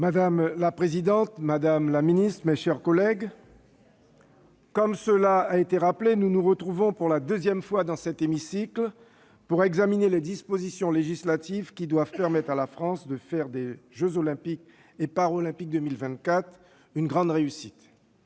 Madame la présidente, madame la ministre, mes chers collègues, comme cela a été rappelé, nous nous retrouvons pour la deuxième fois dans cet hémicycle pour examiner des dispositions législatives qui doivent permettre à la France de faire des jeux Olympiques et Paralympiques de 2024 une grande réussite.